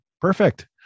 perfect